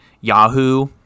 yahoo